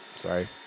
Sorry